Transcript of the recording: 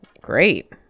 Great